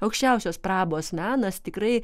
aukščiausios prabos menas tikrai